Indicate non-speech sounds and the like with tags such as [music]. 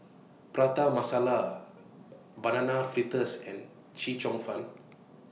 Prata Masala [noise] Banana Fritters and Chee Cheong Fun